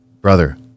brother